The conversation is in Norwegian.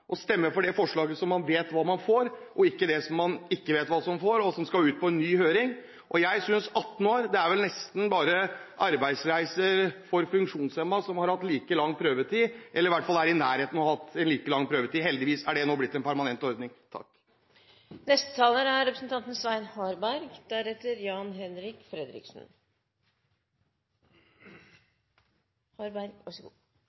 for det forslaget hvor man vet hva man får, og ikke for det forslaget der man ikke vet hva man får og som skal ut på en ny høring. En prøvetid på 18 år er det vel nesten bare ordningen med arbeidsreiser for funksjonshemmede som har hatt, eller som i hvert fall har vært i nærheten av å ha hatt like lang prøvetid. Heldigvis er det nå blitt en permanent ordning.